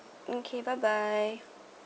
okay bye bye